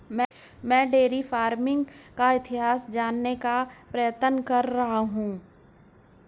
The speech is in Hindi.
मैं डेयरी फार्मिंग का इतिहास जानने का प्रयत्न कर रहा हूं